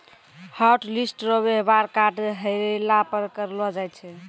hotlist रो वेवहार card हेरैला पर करलो जाय छै